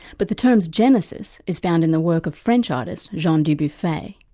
but the term's genesis is found in the work of french artist, jean dubuffet.